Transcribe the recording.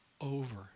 over